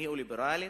הניאו-ליברלית,